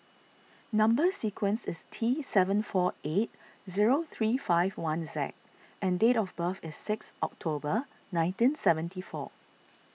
Number Sequence is T seven four eight zero three five one Z and date of birth is six October nineteen seventy four